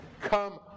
Come